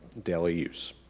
daily use.